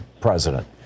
president